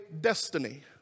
destiny